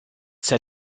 set